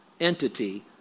entity